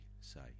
say